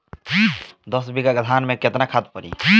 दस बिघा धान मे केतना खाद परी?